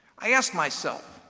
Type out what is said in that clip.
i asked myself,